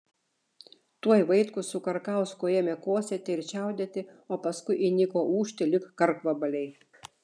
tuoj vaitkus su karkausku ėmė kosėti ir čiaudėti o paskui įniko ūžti lyg karkvabaliai